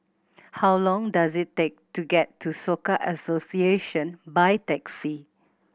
how long does it take to get to Soka Association by taxi